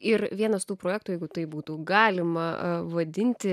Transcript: ir vienas tų projektų jeigu tai būtų galima vadinti